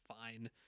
fine